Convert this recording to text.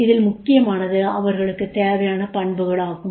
இதில் முக்கியமானது அவர்களுக்குத் தேவையான பண்புகளாகும்